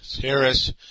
Harris